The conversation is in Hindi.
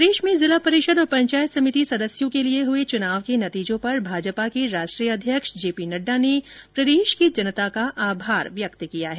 प्रदेश में जिला परिषद और पंचायत समिति सदस्यों के लिए हुए चुनाव के नतीजों पर भाजपा के राष्ट्रीय अध्यक्ष जेपी नड़डा ने प्रदेश की जनता का आभार व्यक्त किया है